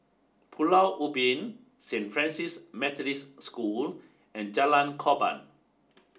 Pulau Ubin Saint Francis Methodist School and Jalan Korban